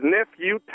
Nephew